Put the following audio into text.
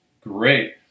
great